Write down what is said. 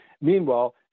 Meanwhile